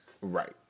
Right